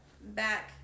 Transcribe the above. back